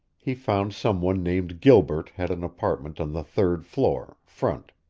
he found some one named gilbert had an apartment on the third floor, front.